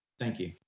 thank you.